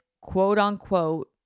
quote-unquote